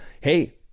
hey